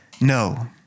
No